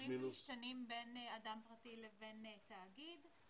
הסכומים משתנים בין אדם פרטי לבין תאגיד.